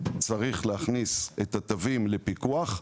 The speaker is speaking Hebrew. צריך להכניס את התווים לפיקוח,